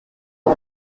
ubu